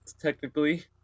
Technically